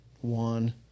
one